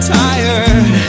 tired